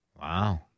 Wow